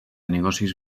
negocis